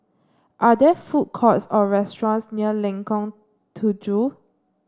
are there food courts or restaurants near Lengkong Tujuh